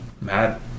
mad